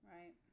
Right